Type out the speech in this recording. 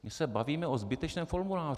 My se bavíme o zbytečném formuláři.